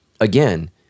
again